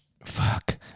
fuck